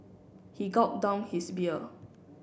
he gulped down his beer